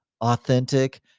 authentic